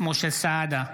משה סעדה,